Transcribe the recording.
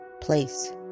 place